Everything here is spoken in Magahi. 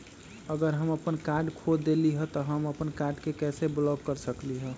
अगर हम अपन कार्ड खो देली ह त हम अपन कार्ड के कैसे ब्लॉक कर सकली ह?